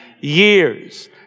years